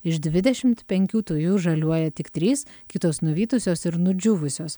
iš dvidešimt penkių tujų žaliuoja tik trys kitos nuvytusios ir nudžiūvusios